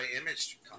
Image